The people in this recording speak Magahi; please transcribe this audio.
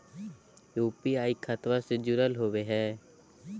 यू.पी.आई खतबा से जुरल होवे हय?